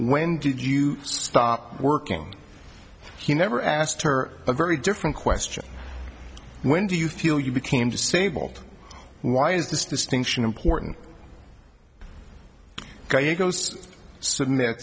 when did you stop working he never asked her a very different question when do you feel you became disabled why is this distinction important submit